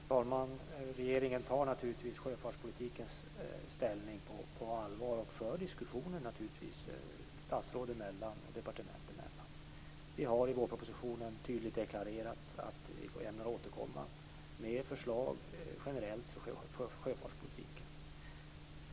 Fru talman! Regeringen tar naturligtvis sjöfartspolitikens ställning på allvar och för diskussioner statsråd emellan och departement emellan. Vi har i vårpropositionen tydligt deklarerat att vi ämnar komma med förslag generellt för sjöfartspolitiken.